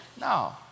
No